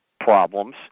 problems